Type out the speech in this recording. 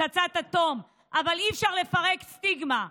פצצת אטום אבל אי-אפשר לפרק סטיגמה.